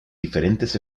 diferentes